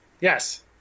Yes